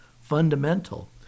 fundamental